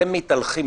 אתם מתהלכים באי שקט.